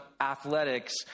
athletics